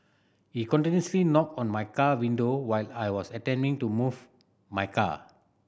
he continuously knocked on my car window while I was attempting to move my car